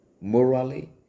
morally